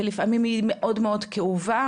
ולפעמים היא מאוד מאוד כאובה.